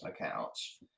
accounts